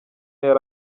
yari